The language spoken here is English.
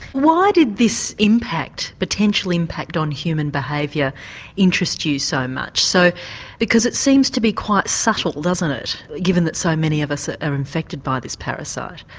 why did this impact, potential impact on human behaviour interest you so much so because it seems to be quite subtle doesn't it given that so many of us ah are infected by this parasite?